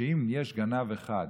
שאם יש גנב אחד בעיר,